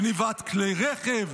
גנבת כלי רכב,